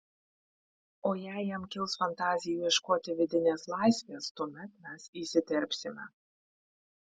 o jei jam kils fantazijų ieškoti vidinės laisvės tuomet mes įsiterpsime